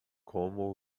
como